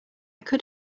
could